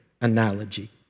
analogy